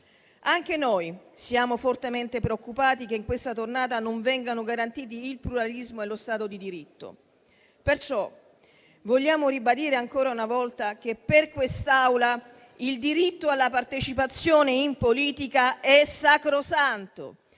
Anche noi siamo fortemente preoccupati che in questa tornata non vengano garantiti il pluralismo e lo Stato di diritto. Perciò, vogliamo ribadire ancora una volta che per quest'Aula il diritto alla partecipazione in politica è sacrosanto